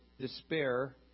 despair